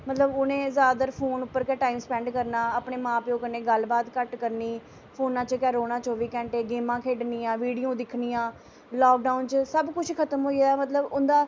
मतलब उ'नें जैदातर फोन उप्पर गै टाइम सपेंड करना अपने मां प्यो कन्नै गल्ल बात घट्ट करनी फोना च गै रौह्ना चौबी घैंटे गेमां खेढनियां वीडियो दिक्खनियां लाकडाउन च सब कुछ खतम होई गेआ मतलब उं'दा